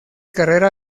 carrera